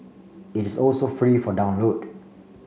it is also free for download